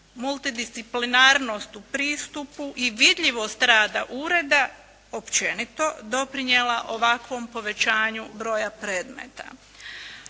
multidisciplinarnost u pristupu i vidljivost rada ureda općenito doprinijela ovakvom povećanju broja predmeta.